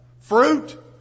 fruit